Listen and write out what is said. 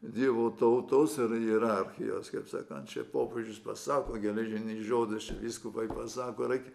dievo tautos ir hierarchijos kaip sakant čia popiežius pasako geležinį žodį čia vyskupai pasako reikia